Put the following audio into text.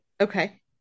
Okay